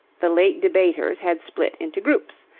the late debaters had split into groups.